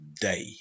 day